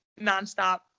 nonstop